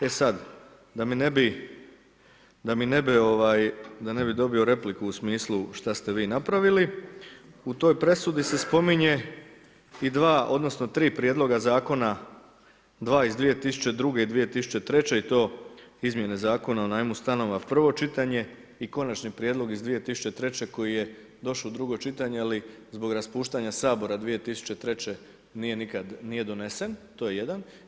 E sada, da mi ne bi, da ne bi dobio repliku u smislu šta ste vi napravili, u toj presudi se spominje i dva, odnosno tri prijedloga zakona, dva iz 2002. i 2003. i to Izmjene zakona o najmu stanova prvo čitanje i Konačni prijedlog iz 2003. koji je došao u drugo čitanje ali zbog raspuštanja Sabora 2003. nije nikad, nije donesen, to je jedan.